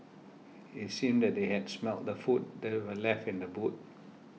it seemed that they had smelt the food that were left in the boot